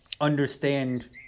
understand